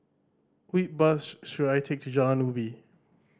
which bus should I take to Jalan Ubi